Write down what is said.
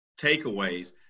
takeaways